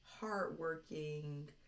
Hardworking